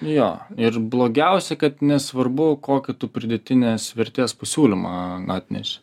jo ir blogiausia kad nesvarbu kokį tu pridėtinės vertės pasiūlymą atneši